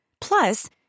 Plus